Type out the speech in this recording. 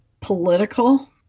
political